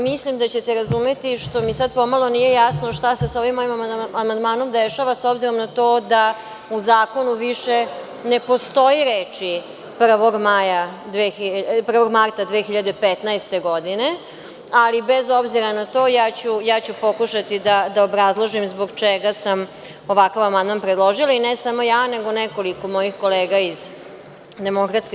Mislim da ćete razumeti, što mi sada po malo nije jasno, šta se sa ovim amandmanom dešava, s obzirom na to da u zakonu više ne postoje reči – 1. marta 2015. godine, ali bez obzira na to, ja ću pokušati da obrazložim zbog čega sam ovakav amandman predložila i ne samo ja, nego nekoliko mojih kolega iz DS.